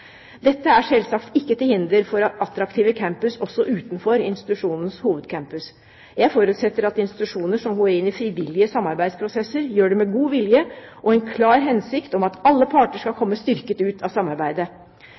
Dette er selvsagt ikke til hinder for attraktive campus også utenfor institusjonens hovedcampus. Jeg forutsetter at institusjoner som går inn i frivillige samarbeidsprosesser, gjør det med god vilje og en klar hensikt om at alle parter skal komme styrket ut av samarbeidet.